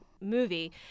movie